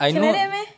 can like that meh